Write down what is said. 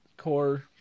core